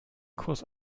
kurs